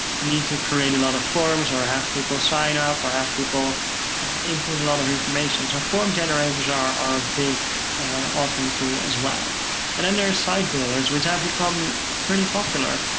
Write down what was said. need to create a lot of forms, and or have people sign up, or have people input a lot of information. so form generators are a big authoring tool as well and then there are site builders which have become fairly popular,